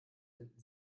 finden